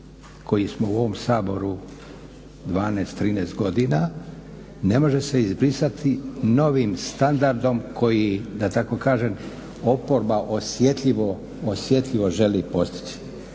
koji smo u ovom saboru 12, 13 godina ne može se izbrisati novim standardom koji da tako kažem oporba osjetljivo želi postići.